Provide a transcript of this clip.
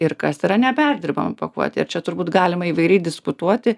ir kas yra neperdirbama pakuotė ir čia turbūt galima įvairiai diskutuoti